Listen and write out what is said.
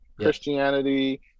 Christianity